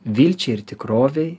vilčiai ir tikrovei